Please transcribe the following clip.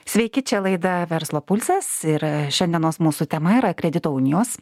sveiki čia laida verslo pulsas ir šiandienos mūsų tema yra kredito unijos